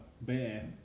Bear